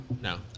No